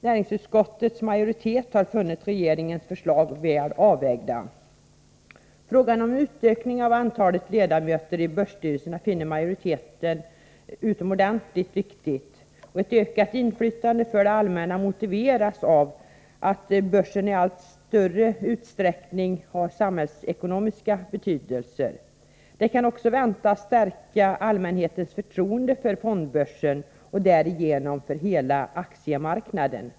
Näringsutskottets majoritet har funnit regeringens förslag väl avvägda. Frågan om utökning av antalet ledamöter i börsstyrelsen finner majoriteten utomordentligt viktig. Ett ökat inflytande för det allmänna motiveras av börsens allt större samhällsekonomiska betydelse. Det kan också väntas stärka allmänhetens förtroende för fondbörsen och därigenom för hela aktiemarknaden.